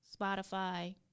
Spotify